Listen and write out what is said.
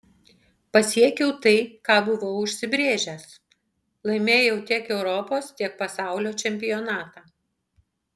pasiekiau tai ką buvau užsibrėžęs laimėjau tiek europos tiek pasaulio čempionatą